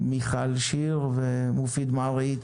מיכל שיר ומופיד מרעי איתנו.